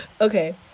Okay